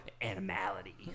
animality